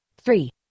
three